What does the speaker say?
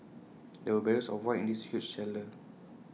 there were barrels of wine in this huge cellar